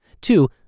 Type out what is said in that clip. Two